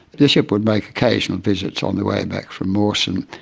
the ship would make occasional visits on the way back from mawson,